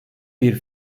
bir